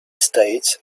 states